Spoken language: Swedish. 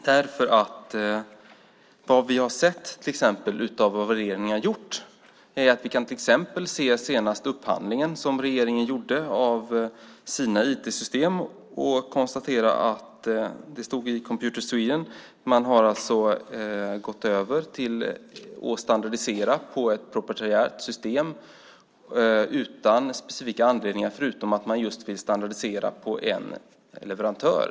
När vi ser vad regeringen har gjort vid den senaste upphandlingen av sina IT-system kan vi konstatera - det stod i Computer Sweden - att man har gått över och standardiserat på ett proprietärt system utan specifik anledning, förutom att man just vill standardisera på en leverantör.